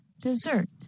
Dessert